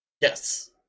Yes